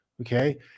okay